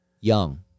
Young